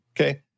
okay